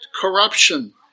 corruption